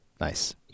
nice